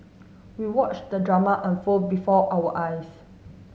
we watched the drama unfold before our eyes